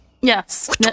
Yes